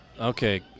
Okay